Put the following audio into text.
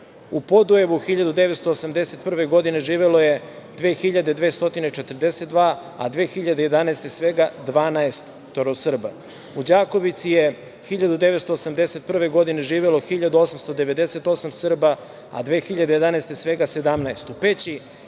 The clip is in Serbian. U Podujevu 1981. godine živelo je 2.242 a 2011. svega 12 Srba. U Đakovici je 1981. godine živelo 1.898 Srba a 2011. svega 17. U Peći